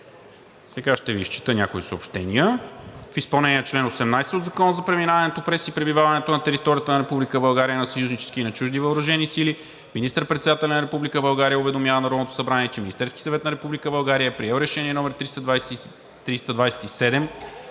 Сега ще Ви изчета някои съобщения: